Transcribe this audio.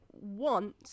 want